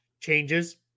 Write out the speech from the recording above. changes